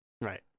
Right